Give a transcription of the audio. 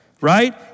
right